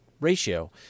ratio